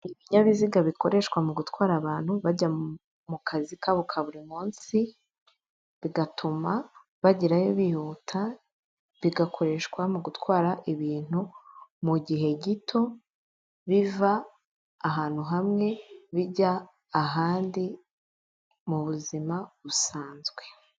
Ibinyabiziga bikoreshwa mu gutwara abantu bajya mu kazi kabo ka buri munsi bigatuma bagerayo bihuta, bigakoreshwa mu gutwara ibintu mu gihe gito biva ahantu hamwe bijya ahandi mu buzima busanzwe.